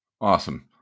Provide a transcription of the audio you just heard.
Awesome